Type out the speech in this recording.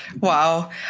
wow